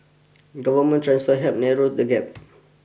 government transfers help narrow the gap